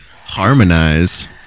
harmonize